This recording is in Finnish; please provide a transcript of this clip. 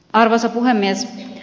arvoisa puhemies